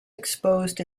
exposed